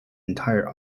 entire